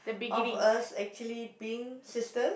of us actually being sisters